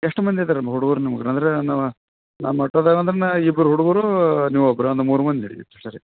ಎಷ್ಟು ಮಂದಿ ಇದ್ದಾರಮ್ಮ ಹುಡ್ಗರು ನಿಮ್ಗೆ ಅಂದರೆ ನಾವು ನಮ್ಮ ಆಟೋದಾಗ ಅಂದ್ರನಾ ಇಬ್ರು ಹುಡ್ಗರು ನೀವು ಒಬ್ರಾನ ಮೂರು ಮಂದಿ ರೀ ಸರಿ